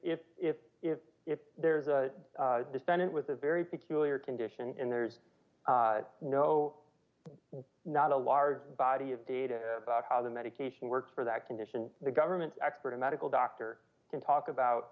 if if if if there's a defendant with a very peculiar condition and there's no not a large body of data about how the medication works for that condition the government expert a medical doctor can talk about